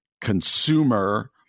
consumer